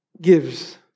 gives